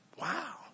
Wow